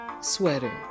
sweater